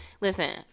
listen